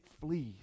flees